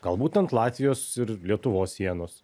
galbūt ant latvijos ir lietuvos sienos